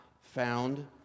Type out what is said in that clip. found